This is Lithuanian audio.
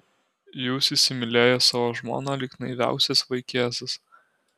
jūs įsimylėjęs savo žmoną lyg naiviausias vaikėzas